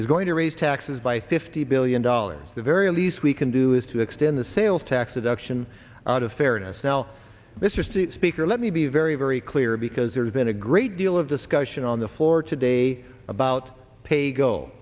is going to raise taxes by fifty billion dollars the very least we can do is to extend the sales tax deduction out of fairness now mr c speaker let me be very very clear because there's been a great deal of discussion on the floor today about paygo